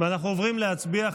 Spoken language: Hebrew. אנחנו עוברים להצביע.